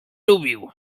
lubił